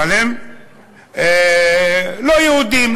אבל הם לא יהודים,